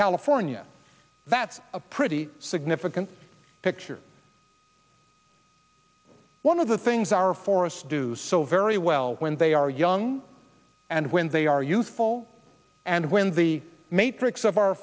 california that's a pretty significant picture one of the things our forests do so very well when they are young and when they are youthful and when the matrix of our